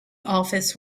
office